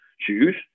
Shoes